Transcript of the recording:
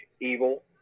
evil